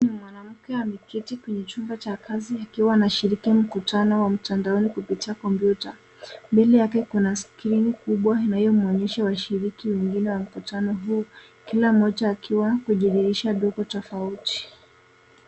Mwanamke ameketi kwenye chumba cha kazi akiwa anashiriki mkutano wa mtandaoni kupitia kompyuta. Mbele Yake kuna skrini kubwa na hiyo mwonyesho washiriki wengine wa mkutano huu kila moja akiwa kijidirisha dogo tofauti.